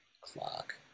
clock